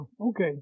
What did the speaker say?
Okay